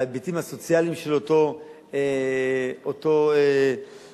בהיבטים הסוציאליים של אותו נאשם,